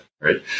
right